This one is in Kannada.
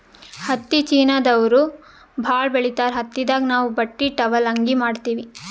ಹತ್ತಿ ಚೀನಾದವ್ರು ಭಾಳ್ ಬೆಳಿತಾರ್ ಹತ್ತಿದಾಗ್ ನಾವ್ ಬಟ್ಟಿ ಟಾವೆಲ್ ಅಂಗಿ ಮಾಡತ್ತಿವಿ